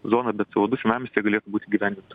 zona be c o du senamiestyje galėtų būt įgyvendinta